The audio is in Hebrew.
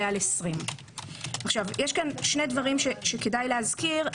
על 20. יש פה שני דברים כדאי להזכיר.